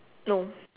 no